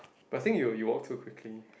plus I think you you walk too quickly